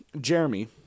Jeremy